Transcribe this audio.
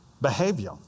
behavior